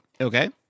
Okay